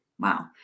Wow